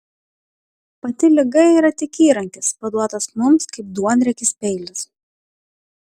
pati liga yra tik įrankis paduotas mums kaip duonriekis peilis